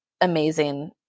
amazing